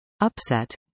Upset